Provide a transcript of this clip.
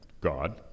God